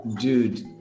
dude